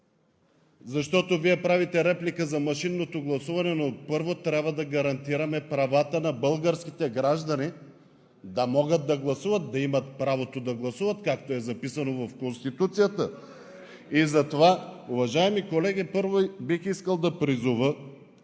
Защото Вие правите реплика за машинното гласуване, но първо трябва да гарантираме правата на българските граждани да могат да гласуват, да имат правото да гласуват, както е записано в Конституцията. И затова, уважаеми колеги, първо бих искал да призова